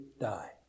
die